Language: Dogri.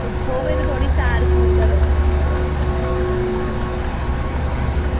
उट्ठो ते भी थोह्ड़ी सैर करो